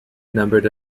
numbered